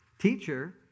Teacher